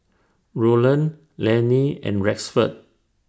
Roland Laney and Rexford